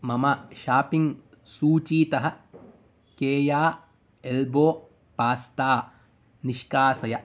मम शाप्पिङ्ग् सूचीतः केया एल्बो पास्ता निष्कासय